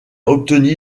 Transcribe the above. obtenu